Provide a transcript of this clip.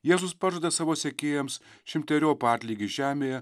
jėzus pažada savo sekėjams šimteriopą atlygį žemėje